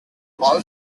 all